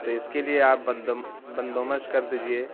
تو اس کے لیے آپ بندوبست کر دیجیے